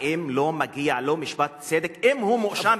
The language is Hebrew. האם לא מגיע לו משפט צדק אם הוא מואשם,